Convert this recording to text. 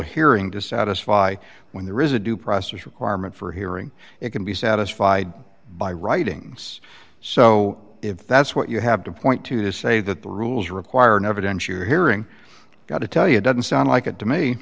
hearing to satisfy when there is a due process requirement for hearing it can be satisfied by writing so if that's what you have to point to to say that the rules require an evidentiary hearing got to tell you it doesn't sound like it to me